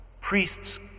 Priests